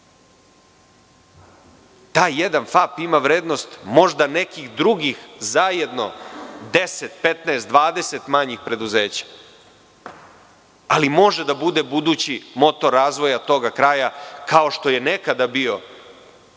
Taj jedan FAP ima vrednost možda nekih drugih 10, 15, 20 manjih preduzeća, ali može da bude budući motor razvoja tog kraja, kao što je nekad bio